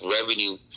revenue